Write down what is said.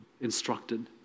instructed